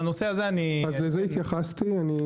התייחסתי לזה,